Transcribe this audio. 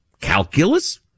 calculus